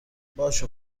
باشه